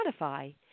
Spotify